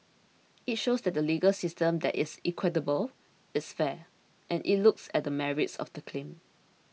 it shows that the legal system there is equitable it's fair and it looks at the merits of the claim